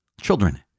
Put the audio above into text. Children